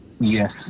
Yes